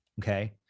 okay